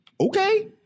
okay